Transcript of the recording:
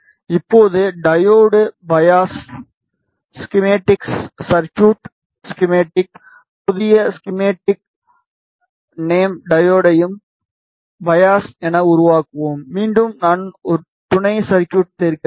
இப்போது diode bias schematics circuit schematics புதிய schematic name டையோடையும் பையாஸ் என உருவாக்குவோம் மீண்டும் நான் துணை சர்க்யூட் சேர்க்கிறேன்